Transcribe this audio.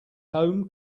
home